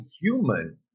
human